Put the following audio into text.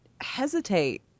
hesitate